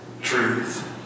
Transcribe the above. truth